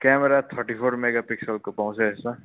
camera thirty four मेगापिक्सलको पाउँछ यसमा